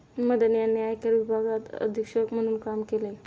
मदन यांनी आयकर विभागात अधीक्षक म्हणून काम केले